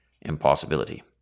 impossibility